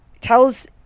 tells